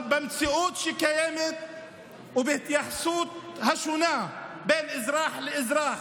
אבל במציאות שקיימת ובהתייחסות השונה בין אזרח לאזרח,